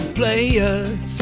players